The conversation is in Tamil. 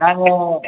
நாங்கள்